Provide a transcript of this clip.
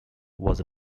was